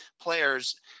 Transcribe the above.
players